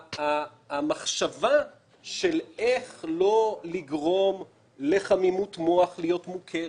המחשבה של איך לא לגרום לחמימות מוח להיות מוכרת